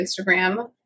instagram